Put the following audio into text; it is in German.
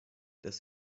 dass